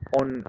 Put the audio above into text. on